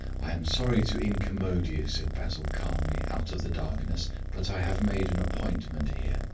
i am sorry to incommode you, said basil calmly out of the darkness but i have made an appointment here.